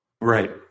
Right